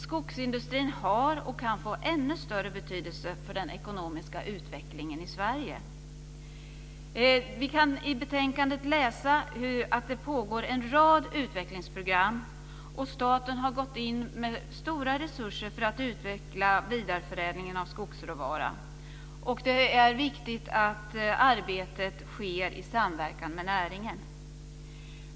Skogsindustrin har stor betydelse och kan få ännu större betydelse för den ekonomiska utvecklingen i Sverige. Vi kan i betänkandet läsa att det pågår en rad utvecklingsprogram. Staten har gått in med stora resurser för att utveckla vidareförädlingen av skogsråvaran. Det är viktigt att arbetet sker i samverkan med näringen.